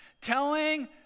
telling